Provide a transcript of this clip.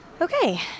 Okay